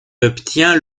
obtient